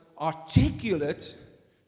articulate